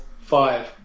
five